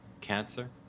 cancer